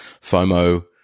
FOMO